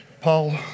Paul